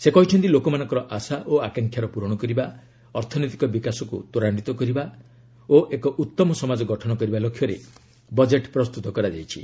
ସେ କହିଛନ୍ତି ଲୋକମାନଙ୍କର ଆଶା ଓ ଆକାଂକ୍ଷାର ପୂରଣ କରିବା ଅର୍ଥନୈତିକ ବିକାଶକୁ ତ୍ୱରାନ୍ୱିତ କରିବା ଓ ଏକ ଉତ୍ତମ ସମାଜ ଗଠନ କରିବା ଲକ୍ଷ୍ୟରେ ବଜେଟ୍ ପ୍ରସ୍ତତ କରାଯାଇଛି